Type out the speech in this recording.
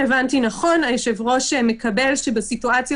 בעבירות קלות יותר מהחומרה שנקבעה בחוק,